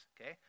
okay